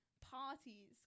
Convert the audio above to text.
parties